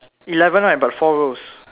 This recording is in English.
eleven right but four rows